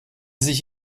sich